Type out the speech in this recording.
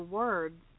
words